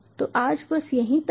तो आज बस यही तक था